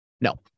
No